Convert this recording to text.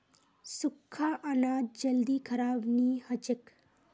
सुख्खा अनाज जल्दी खराब नी हछेक